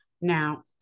Now